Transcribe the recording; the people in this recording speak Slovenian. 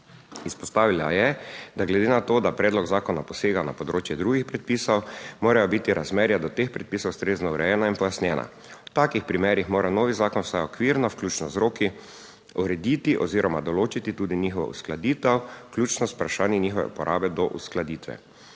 Izpostavila je, da glede na to, da predlog zakona posega na področje drugih predpisov, morajo biti razmerja do teh predpisov ustrezno urejena in pojasnjena. V takih primerih mora novi zakon vsaj okvirno, vključno z roki, urediti oziroma določiti tudi njihovo uskladitev, vključno z vprašanji njihove uporabe do uskladitve.